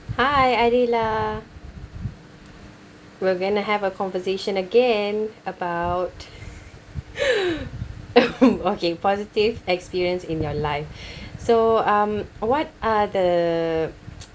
hi adila we're gonna have a conversation again about okay positive experience in your life so um what are the